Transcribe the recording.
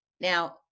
Now